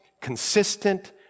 consistent